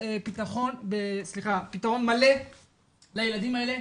חייבים לתת פתרון מלא לילדים האלה.